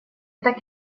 так